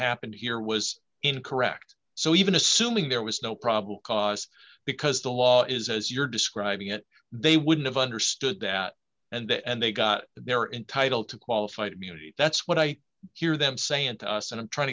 happened here was incorrect so even assuming there was no problem caused because the law is as you're describing it they wouldn't have understood that and and they got their entitled to qualified immunity that's what i hear them saying to us and i'm trying